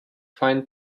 fine